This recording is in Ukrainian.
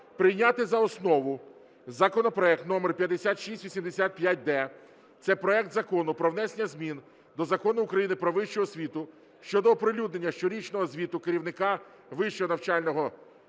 прийняти за основу законопроект № 5685-д, це проект Закону про внесення змін до Закону України "Про вищу освіту" щодо оприлюднення щорічного звіту керівника вищого навчального закладу,